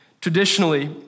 Traditionally